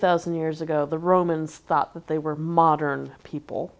thousand years ago the romans thought that they were modern people